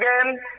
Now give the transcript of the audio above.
again